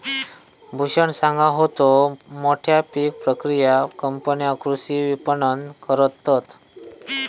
भूषण सांगा होतो, मोठ्या पीक प्रक्रिया कंपन्या कृषी विपणन करतत